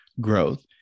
growth